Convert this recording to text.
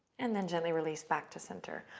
and then gently release back to center.